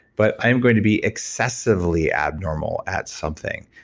but i am going to be excessively abnormal at something.